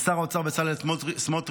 לשר האוצר בצלאל סמוטריץ'